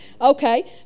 Okay